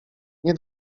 nie